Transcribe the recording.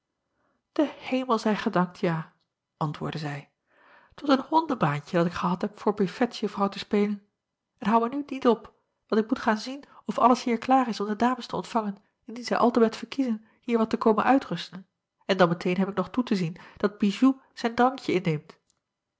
e emel zij gedankt ja antwoordde zij t was een hondebaantje dat ik gehad heb voor bufetjuffrouw te spelen n hou mij nu niet op want ik moet gaan zien of alles hier klaar is om de dames te ontvangen indien zij altemet verkiezen hier wat te komen uitrusten en dan meteen heb ik nog toe te zien dat ijou zijn drankje